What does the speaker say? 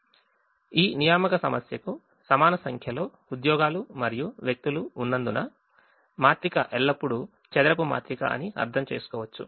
ఈ assignment problem కు సమాన సంఖ్యలో ఉద్యోగాలు మరియు వ్యక్తులు ఉన్నందున మ్యాట్రిక్స్ ఎల్లప్పుడూ స్క్వేర్ మాత్రిక అని అర్థం చేసుకోవచ్చు